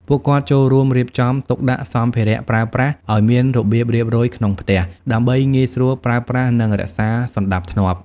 ពួកគាត់ចូលរួមរៀបចំទុកដាក់សម្ភារៈប្រើប្រាស់ឲ្យមានរបៀបរៀបរយក្នុងផ្ទះ ដើម្បីងាយស្រួលប្រើប្រាស់និងរក្សាសណ្ដាប់ធ្នាប់។